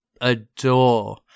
adore